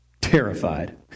Terrified